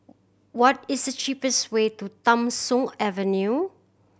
what is the cheapest way to Tham Soong Avenue